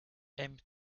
aimes